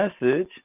Message